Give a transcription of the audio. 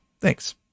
Thanks